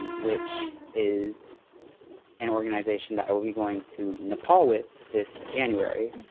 which is an? organization that will be going to nepal with this january